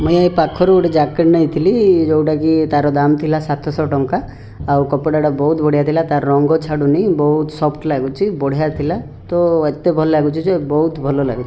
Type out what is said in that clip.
ମୁଁ ଏ ପାଖରୁ ଗୋଟେ ଜ୍ୟାକେଟ୍ ନେଇଥିଲି ଯେଉଁଟା କି ତାର ଦାମ୍ ଥିଲା ସାତ ଶହ ଟଙ୍କା ଆଉ କପଡ଼ାଟା ବହୁତ ବଢ଼ିଆ ଥିଲା ରଙ୍ଗ ଛାଡ଼ୁନି ବହୁତ ସଫ୍ଟ୍ ଲାଗୁଚି ବଢ଼ିଆ ଥିଲା ତ ଏତେ ଭଲ ଲାଗୁଛି ଯେ ବହୁତ ଭଲ ଲାଗୁଛି